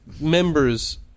members